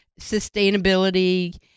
sustainability